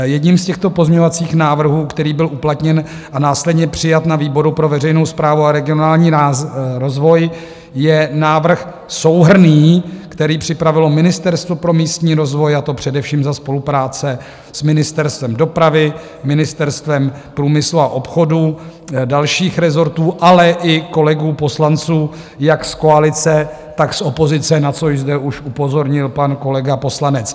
Jedním z těchto pozměňovacích návrhů, který byl uplatněn a následně přijat na výboru pro veřejnou správu a regionální rozvoj, je návrh souhrnný, který připravilo Ministerstvo pro místní rozvoj, a to především za spolupráce s Ministerstvem dopravy, Ministerstvem průmyslu a obchodu, dalších rezortů, ale i kolegů poslanců jak z koalice, tak z opozice, na což zde už upozornil pan kolega poslanec Havránek.